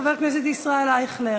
חבר הכנסת ישראל אייכלר.